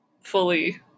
fully